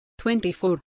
24